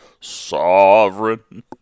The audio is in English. Sovereign